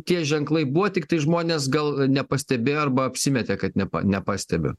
tie ženklai buvo tiktai žmonės gal nepastebėjo arba apsimetė kad nepa nepastebi